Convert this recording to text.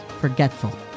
forgetful